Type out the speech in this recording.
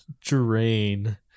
drain